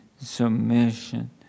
submission